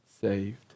saved